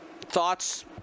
thoughts